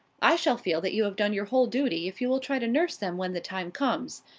i shall feel that you have done your whole duty if you will try to nurse them when the time comes.